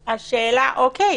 בסדר, אני